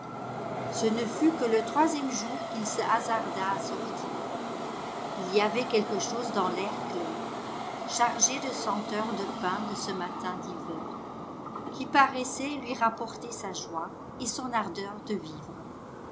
ce ne fut que le troisième jour qu'il se hasarda à sortir il y avait quelque chose dans l'air clair chargé de senteurs de pin de ce matin d'hiver qui paraissait lui rapporter sa joie et son ardeur de vivre